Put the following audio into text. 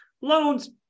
loans